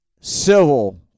Civil